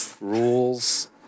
rules